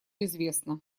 известна